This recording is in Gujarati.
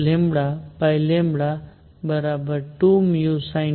Δλ 2vsinθc પ્રતિ રિફલેક્સન